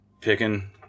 picking